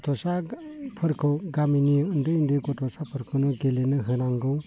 गथ'साफोरखौ गामिनि उन्दै उन्दै गथ'साफोरखौनो गेलेनो होनांगौ